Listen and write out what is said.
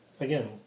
again